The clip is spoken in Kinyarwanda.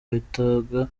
bahitaga